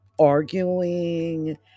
arguing